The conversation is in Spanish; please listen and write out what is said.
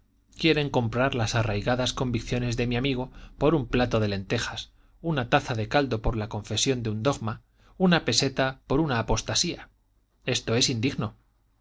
quieren comprar las arraigadas convicciones de mi amigo por un plato de lentejas una taza de caldo por la confesión de un dogma una peseta por una apostasía esto es indigno